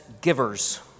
givers